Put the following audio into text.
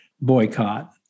boycott